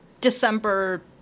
December